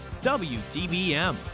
WDBM